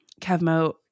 Kevmo